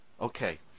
Okay